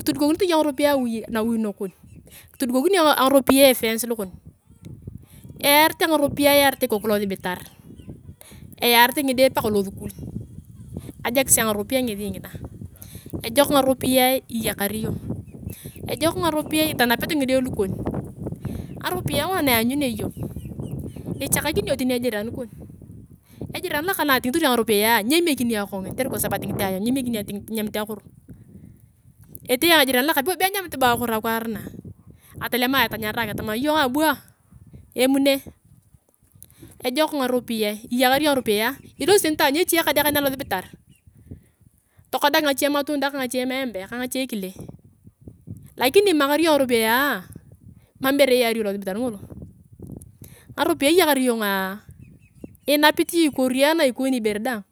kitudukokinete iyong ngaropiyae awi nakon kitudukokini iyong ngaropiyae efenei lokon eyarete ngaropiyae ikoku losibitar eyatere ngidee paka losukul ejokis angaropiyae ngesi ngina ejok ngaropiyae iyakar iyong, ejok ngaropiyae itanapete ngide lukon ngaropiyae nguna na iyanyunea iyong echekakini iyong tani ejiran kon ejiran lokang na atingitor nyong ngaropiyae nyemikini ayong kongina kotere kwa sabu atingit ayong nyemekinia eneymit akoro etee ayong ejiran lokang be enyemit bo akoro akwar naa atelem ayong atanyarak atama iyonga bwa emu ne ejok ngaropiyae iyakar iyong ngaropiyae ilosi tani taany eche kadekan alosinitar tokodak ngache matundae ka ngache maembe ka ngache kila lini imakar iyong ngaropiyae mam ibore iyari iyong losibitar ngolo ngaropiyae iyakar iyonga inapit iyong ikoriana ikoni ibere daang.